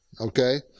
okay